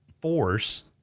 force